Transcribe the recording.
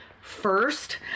first